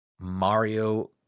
Mario